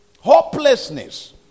Hopelessness